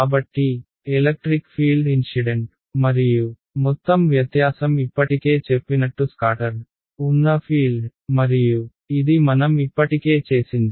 కాబట్టి electric field incident మరియు మొత్తం వ్యత్యాసం ఇప్పటికే చెప్పినట్టు స్కాటర్డ్ ఉన్న ఫీల్డ్ మరియు ఇది మనం ఇప్పటికే చేసింది